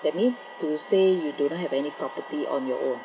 that mean to say you do not have any property on your own